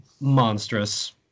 monstrous